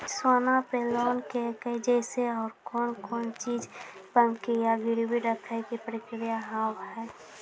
सोना पे लोन के जैसे और कौन कौन चीज बंकी या गिरवी रखे के प्रक्रिया हाव हाय?